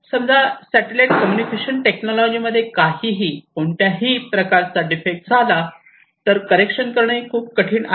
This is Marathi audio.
समजा सॅटेलाईट कम्युनिकेशन टेक्नॉलॉजी मध्ये काहीही कोणत्याही प्रकारचा डिफेक्ट झाला तर करेक्शन करणे खूप कठीण आहे